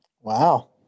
Wow